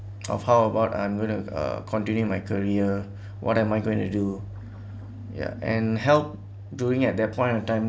of how about I'm gonna uh continuing my career what am I going to do ya and help during at that point of time